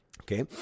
Okay